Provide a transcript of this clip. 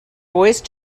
voice